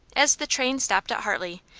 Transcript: as the train stopped at hartley,